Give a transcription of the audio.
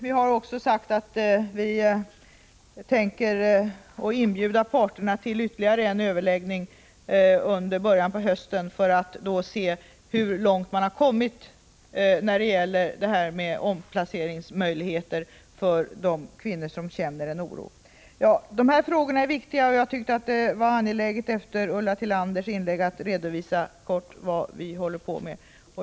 Vi planerar att inbjuda parterna till ytterligare en överläggning under början av hösten för att se hur långt man kommit när det gäller möjligheterna till omplacering för de kvinnor som känner en oro. Dessa frågor är viktiga, och jag såg det som angeläget att efter Ulla Tillanders inlägg kortfattat redovisa vad vi gör på det här området.